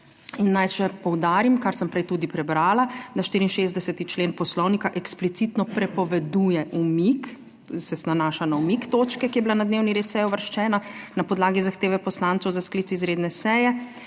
naj še poudarim, kar sem prej tudi prebrala, da 64. člen Poslovnika eksplicitno prepoveduje umik, se nanaša na umik točke, ki je bila na dnevni red seje uvrščena, na podlagi zahteve poslancev za sklic izredne seje,